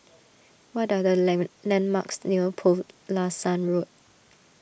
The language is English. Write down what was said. what are the land landmarks near Pulasan Road